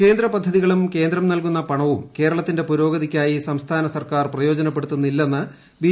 കേന്ദ്ര പദ്ധതികളും കേന്ദ്രം നൽകുന്ന പണവും കേരളത്തിന്റെ പുരോഗതിക്കായി സംസ്ഥാന സർക്കാർ പ്രയോജനപ്പെടുത്തുന്നില്ലെന്ന് ബി